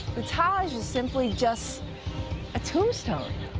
the taj is simply just a tombstone.